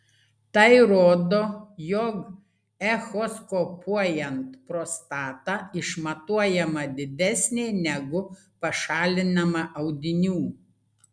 tai rodo jog echoskopuojant prostata išmatuojama didesnė negu pašalinama audinių